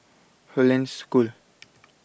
Hollandse School